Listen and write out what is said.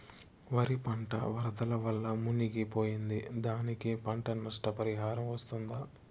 వరి పంట వరదల వల్ల మునిగి పోయింది, దానికి పంట నష్ట పరిహారం వస్తుందా?